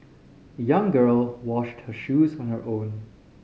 the young girl washed her shoes on her own